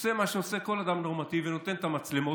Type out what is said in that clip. עושה מה שעושה כל אדם נורמטיבי: נותן את המצלמות.